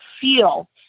feel